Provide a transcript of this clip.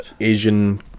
Asian